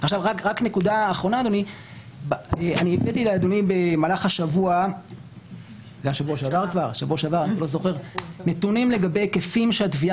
הבאתי לאדוני במהלך השבוע שעבר נתונים לגבי היקפים שהתביעה